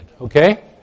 okay